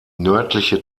nördliche